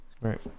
right